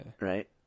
Right